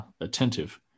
attentive